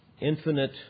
infinite